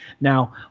Now